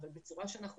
אני חושב שהדברים